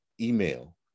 email